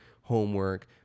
homework